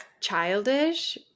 childish